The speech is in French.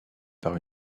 par